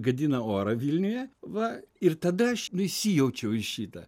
gadina orą vilniuje va ir tada aš nu įsijaučiau į šitą